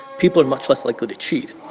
people are much less likely to cheat